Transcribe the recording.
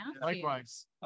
likewise